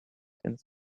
silence